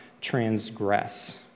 transgress